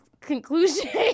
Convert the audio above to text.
conclusion